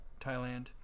Thailand